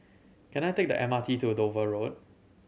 can I take the M R T to Dover Road